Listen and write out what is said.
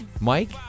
Mike